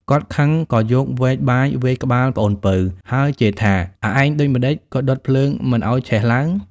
គាត់ខឹងក៏យកវែកបាយវាយក្បាលប្អូនពៅ ហើយជេរថា "អាឯងដូចម្ដេចក៏ដុតភ្លើងមិនឱ្យឆេះឡើង?។